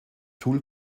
tool